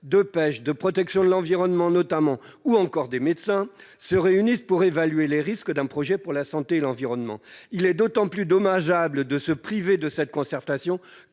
de pêche et de protection de l'environnement notamment, ou encore des médecins, se réunissent pour évaluer les risques d'un projet pour la santé et l'environnement. Il est d'autant plus dommageable de se priver de cette concertation